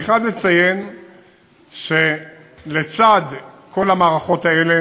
אני חייב לציין שלצד כל המערכות האלה